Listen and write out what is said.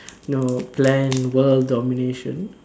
know plan world domination